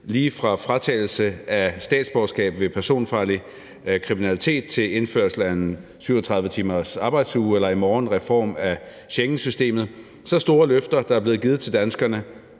lige fra fratagelse af statsborgerskab ved personfarlig kriminalitet til indførelse af en 37-timersarbejdsuge – eller i morgen en reform af Schengensystemet. Det er store løfter, der er blevet givet til danskerne,